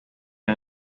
han